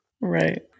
Right